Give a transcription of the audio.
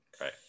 Right